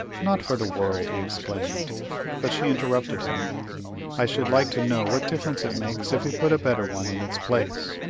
not for the world, he exclaimed but she interrupted him i should like to know what difference it makes if we put a better one in its place.